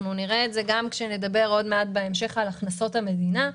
נראה את זה גם כשנדבר בהמשך על הכנסות המדינה.